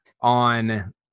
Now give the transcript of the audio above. on